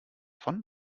von